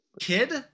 kid